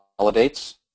validates